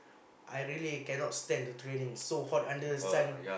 I really cannot stand the training so hot under sun